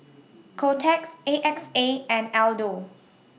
Kotex A X A and Aldo